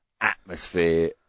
atmosphere